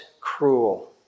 cruel